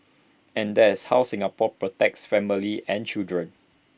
and that's how Singapore protects families and children